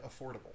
affordable